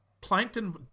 Plankton